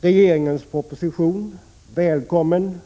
regeringens propoposition välkommen.